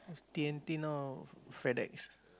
thin thinner Fedex